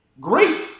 Great